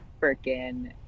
freaking